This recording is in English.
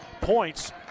points